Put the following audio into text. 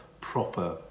proper